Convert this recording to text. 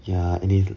ya and it's